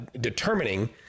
determining